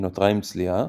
היא נותרה עם צליעה,